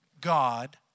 God